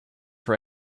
for